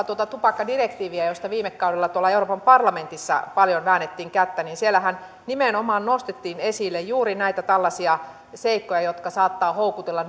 tuota tupakkadirektiiviä josta viime kaudella euroopan parlamentissa paljon väännettiin kättä niin siellähän nimenomaan nostettiin esille juuri näitä tällaisia seikkoja jotka saattavat houkutella